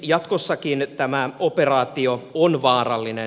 jatkossakin tämä operaatio on vaarallinen